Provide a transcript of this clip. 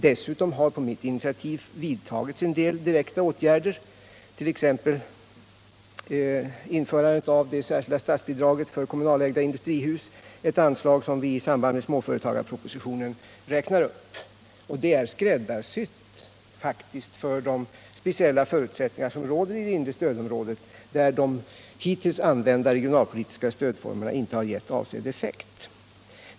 Dessutom har det på mitt initiativ vidtagits en del direkta åtgärder, t.ex. införandet av det särskilda statsbidraget för kommunalägda industrihus, ett anslag som vi i samband med småföretagarpropositionen räknar upp. Det är faktiskt skräddarsytt för de speciella förutsättningar som råder i det inre stödområdet, där de hittills använda regionalpolitiska stödformerna inte givit avsedd effekt.